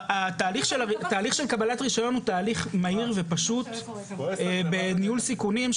התהליך של קבלת רישיון הוא תהליך מהיר ופשוט בניהול סיכונים,